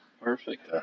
Perfect